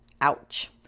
Ouch